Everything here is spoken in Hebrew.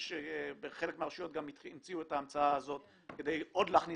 יש בחלק מהרשויות גם את ההמצאה הזאת כדי להכניס